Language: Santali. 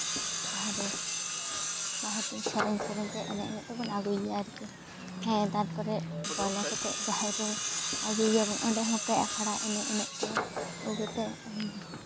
ᱵᱟᱦᱟ ᱫᱚ ᱵᱟᱦᱟ ᱫᱚ ᱥᱮᱨᱮᱧ ᱥᱮᱨᱮᱧ ᱛᱮ ᱮᱱᱮᱡ ᱮᱱᱮᱡ ᱛᱮᱵᱚᱱ ᱟᱹᱜᱩᱭᱮᱭᱟ ᱟᱨᱠᱤ ᱦᱮᱸ ᱛᱟᱨᱯᱚᱨᱮ ᱵᱚᱞᱚ ᱠᱟᱛᱮᱜ ᱡᱟᱦᱮᱨ ᱨᱮ ᱟᱹᱜᱩᱭᱟᱵᱚᱱ ᱚᱸᱰᱮ ᱦᱚᱸ ᱯᱮ ᱟᱠᱷᱲᱟ ᱮᱱᱮᱡ ᱮᱱᱮᱡᱛᱮ ᱟᱹᱜᱩ ᱠᱟᱛᱮᱜ